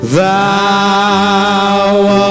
Thou